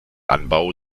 anbau